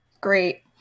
great